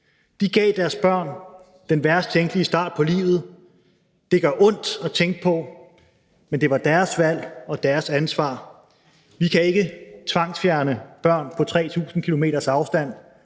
De gav deres børn den værst tænkelige start på livet. Det gør ondt at tænke på, men det var deres valg og deres ansvar. Vi kan ikke tvangsfjerne børn på 3.000 km's afstand,